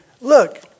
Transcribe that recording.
look